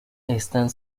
están